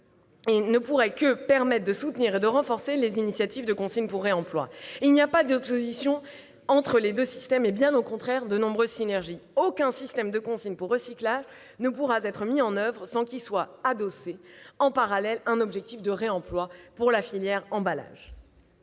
place, devrait permettre de soutenir et de renforcer les initiatives de consigne pour réemploi. Il n'y a pas d'opposition entre les deux systèmes ; bien au contraire, de nombreuses synergies existent. Aucun système de consigne pour recyclage ne pourra être mis en oeuvre sans qu'il soit adossé, en parallèle, à un objectif de réemploi pour la filière emballage.